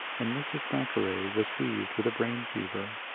and mrs. thackeray was seized with a brain fever.